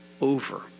over